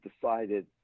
decided